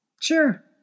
Sure